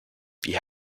wie